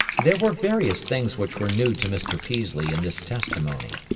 there were various things which were new to mr. peaslee in this testimony.